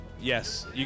Yes